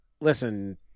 Listen